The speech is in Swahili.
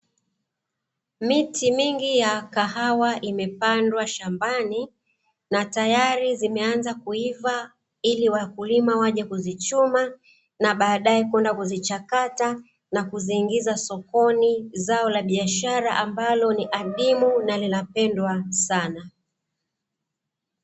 Miti mingi ya kahawa imepandwa shambani na tayari zimeanza kuiva ili wakulima waje kuzichuma, na baadae kwenda kuzichakata na kuziingiza sokoni, zao la biashara ambalo ni adimu na linapendwa sana.